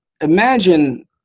Imagine